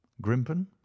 grimpen